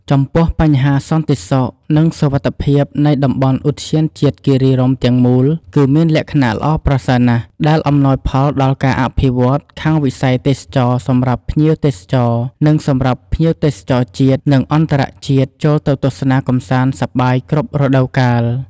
ចំពោះបញ្ហាសន្តិសុខ និងសុវត្ថិភាពនៃតំបន់ឧទ្យានជាតិគិរីរម្យទាំងមូល គឺមានលក្ខណៈល្អប្រសើរណាស់ ដែលអំណោយផលដល់ការអភិវឌ្ឍន៍ ខាងវិស័យទេសចរណ៍សម្រាប់ភ្ញៀវទេសចរណ៍និងសម្រាប់ភ្ញៀវទេសចរណ៍ជាតិ និងអន្តរជាតិ ចូលទៅទស្សនាកម្សាន្តសប្បាយគ្រប់រដូវកាល។